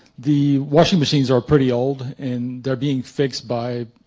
the washing machines are pretty old and they're being fixed by